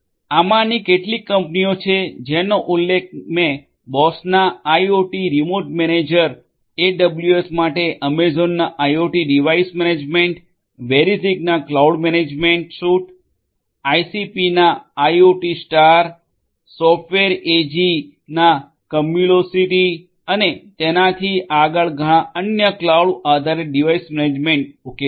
આમાંની આ કેટલીક કંપનીઓ છે જેનો ઉલ્લેખ મેં બોશના આઇઓટી રિમોટ મેનેજરBosch's IoT Remote Manager એડબ્લ્યુએસ માટે એમેઝોનના આઇઓટી ડિવાઇસ મેનેજમેન્ટAmazon's IoT Device Management વેરિઝિકના ક્લાઉડ મેનેજમેન્ટ સ્યુટVerismic's Cloud Management Suite આઈસીપીના આઇઓટીસ્ટારICP's IoTstar સોફ્ટવેર એજીના કમ્યુલોસિટીSoftware AG's Cumulocity અને તેનાથી આગળ ઘણા અન્ય ક્લાઉડ આધારિત ડિવાઇસ મેનેજમેન્ટ ઉકેલ છે